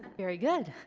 very good